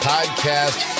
Podcast